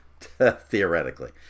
theoretically